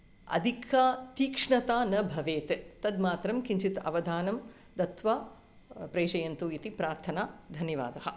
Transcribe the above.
अधिकतीक्ष्णता न भवेत् तद् मात्रं किञ्चित् अवधानं दत्वा प्रेषयन्तु इति प्रार्थना धन्यवादः